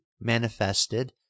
manifested